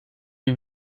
die